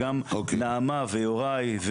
גם נעמה, יוראי,